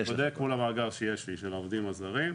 אני בודק מול המאגר שיש לי, של העובדים הזרים.